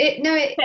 No